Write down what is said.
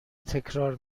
تکرار